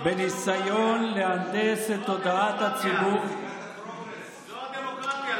בניסיון להנדס את תודעת הציבור, זו הדמוקרטיה,